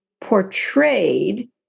portrayed